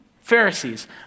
Pharisees